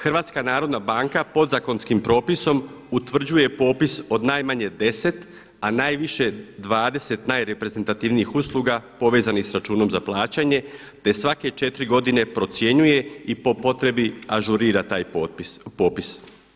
HNB podzakonskim propisom utvrđuje popis od najmanje deset, a najviše 20 najreprezentativnijih usluga povezanih sa računom za plaćanje, te svake četiri godine procjenjuje i po potrebi ažurira taj popis.